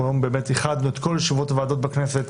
אנחנו היום איחדנו את כל ישיבות ועדות הכנסת,